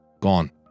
gone